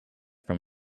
from